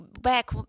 Back